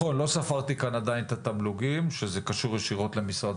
לא ספרתי עדיין את התמלוגים שזה קשור ישירות למשרד